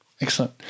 Excellent